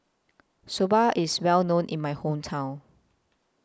Soba IS Well known in My Hometown